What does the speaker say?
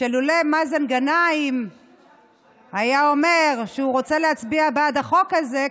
שלולא מאזן גנאים היה אומר שהוא רוצה להצביע בעד החוק הזה,